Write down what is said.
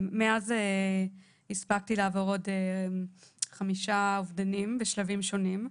מאז הספקתי לעבור עוד חמישה אובדנים בשלבים שונים.